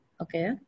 Okay